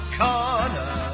corner